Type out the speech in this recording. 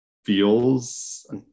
feels